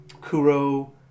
Kuro